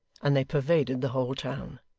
and they pervaded the whole town.